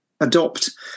adopt